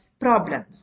problems